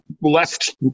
left